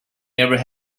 never